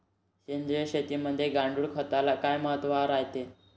सेंद्रिय शेतीमंदी गांडूळखताले काय महत्त्व रायते?